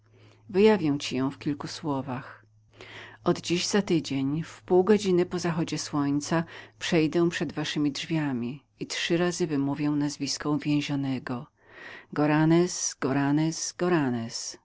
ci ją w kilku słowach od dziś za tydzień w pół godziny po zachodzie słońca przejdę przed waszemi drzwiami i trzy razy wymówię nazwisko